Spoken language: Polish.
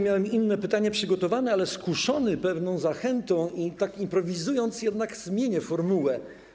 Miałem inne pytanie przygotowane, ale skuszony pewną zachętą, improwizując, jednak zmienię formułę.